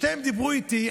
שניהם דיברו איתי,